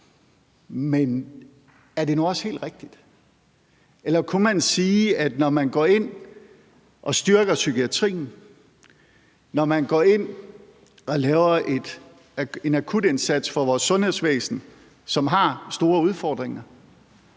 Men er det nu også helt rigtigt? Man kunne spørge, om det, når vi går ind og styrker psykiatrien, når vi går ind og laver en akutindsats for vores sundhedsvæsen, som har store udfordringer,